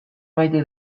maite